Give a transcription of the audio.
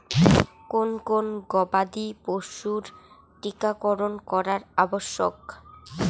কোন কোন গবাদি পশুর টীকা করন করা আবশ্যক?